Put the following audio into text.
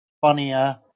funnier